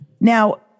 Now